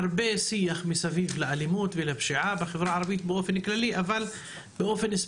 יש הרבה שיח מסביב לאלימות והפשיעה בחברה הערבית באופן כללי,